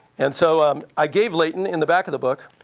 and so um i gave leighton, in the back of the book,